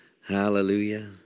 Hallelujah